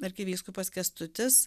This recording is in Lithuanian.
arkivyskupas kęstutis